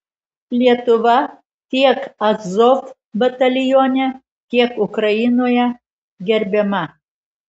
lietuva tiek azov batalione tiek ukrainoje gerbiama